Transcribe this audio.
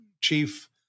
chief